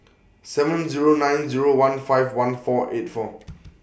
seven Zero nine Zero one five one four eight four